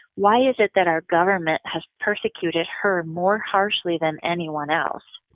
why is it that our government has persecuted her more harshly than anyone else?